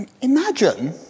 Imagine